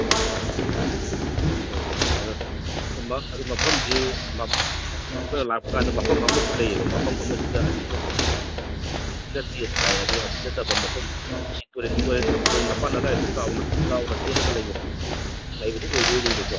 ꯑꯣ ꯍꯣꯏ ꯑꯗꯣ ꯑꯗꯨ ꯃꯐꯝꯁꯤ ꯑꯩꯈꯣꯏꯅ ꯂꯥꯛꯄ ꯀꯥꯟꯗ ꯃꯐꯝ ꯑꯃꯁꯨ ꯂꯩꯌꯦꯕ ꯃꯐꯝ ꯑꯃꯁꯤꯗ ꯑꯁꯤ ꯅꯠꯇꯦꯅ ꯍꯥꯏ ꯑꯗꯣ ꯑꯁꯤ ꯅꯠꯇꯕ ꯃꯐꯝ ꯇꯨꯔꯦꯟ ꯃꯄꯥꯟ ꯑꯗꯥꯏꯗ ꯆꯥꯎꯅ ꯆꯥꯎꯅ ꯊꯦꯠꯂꯒ ꯂꯩꯕꯗꯨ ꯑꯣꯏꯗꯣꯏꯅꯤꯅꯦꯀꯣ